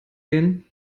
gehen